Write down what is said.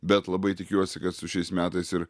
bet labai tikiuosi kad su šiais metais ir